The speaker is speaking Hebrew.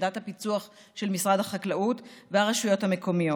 יחידת הפיצו"ח של משרד החקלאות והרשויות המקומיות.